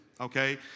Okay